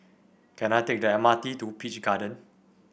can I take the M R T to Peach Garden